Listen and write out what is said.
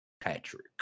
patrick